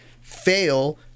fail